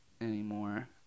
anymore